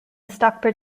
stockport